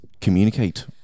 communicate